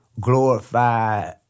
glorify